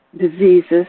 diseases